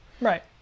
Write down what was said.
Right